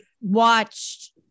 watched